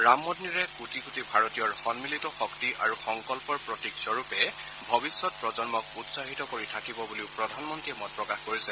ৰাম মন্দিৰে কোটি কোটি ভাৰতীয়ৰ সন্মিলিত শক্তি আৰু সংকল্পৰ প্ৰতীক স্বৰূপে ভৱিষ্যৎ প্ৰজন্মক উৎসাহিত কৰি থাকিব বুলিও প্ৰধানমন্ত্ৰীয়ে মতপ্ৰকাশ কৰিছে